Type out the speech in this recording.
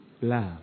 love